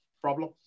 problem